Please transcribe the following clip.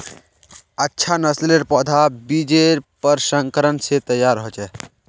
अच्छा नासलेर पौधा बिजेर प्रशंस्करण से तैयार होचे